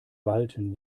walten